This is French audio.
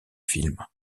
film